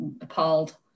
appalled